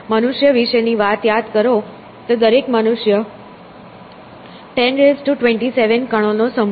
મનુષ્ય વિશેની વાત યાદ કરો તો દરેક મનુષ્ય 1027 કણોનો સમૂહ છે